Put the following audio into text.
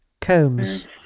Combs